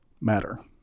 matter